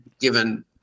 given